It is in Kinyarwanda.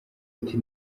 ati